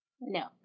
No